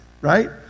right